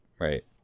right